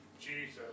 Jesus